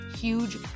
huge